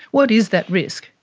what is that risk?